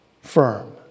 firm